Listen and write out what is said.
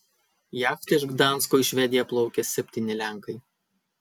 jachta iš gdansko į švediją plaukė septyni lenkai